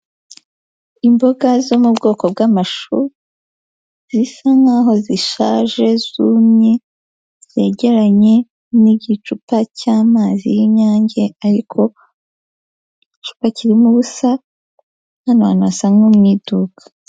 Imboga zo mu bwoko bw'amashu zisa nkaho zishaje zumye, zegeranye n'igicupa cy'amazi y'inyange, ariko igicupa kirimo ubusa, hano hasa nko mu iduka.